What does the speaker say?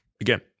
again